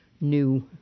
new